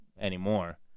anymore